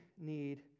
need